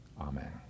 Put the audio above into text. Amen